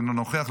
אינו נוכח.